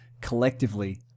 collectively